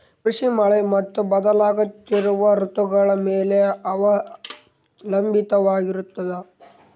ಕೃಷಿ ಮಳೆ ಮತ್ತು ಬದಲಾಗುತ್ತಿರುವ ಋತುಗಳ ಮೇಲೆ ಅವಲಂಬಿತವಾಗಿರತದ